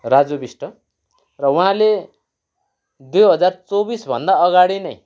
राजु विष्ट र उहाँले दुई हजार चौबिसभन्दा अगाडि नै